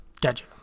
Gotcha